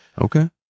Okay